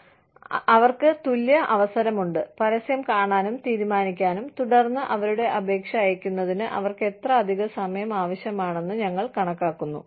അതിനാൽ അവർക്ക് തുല്യ അവസരമുണ്ട് പരസ്യം കാണാനും തീരുമാനിക്കാനും തുടർന്ന് അവരുടെ അപേക്ഷ അയയ്ക്കുന്നതിന് അവർക്ക് എത്ര അധിക സമയം ആവശ്യമാണെന്ന് ഞങ്ങൾ കണക്കാക്കുന്നു